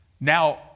Now